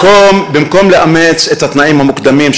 במקום לאמץ את התנאים המוקדמים,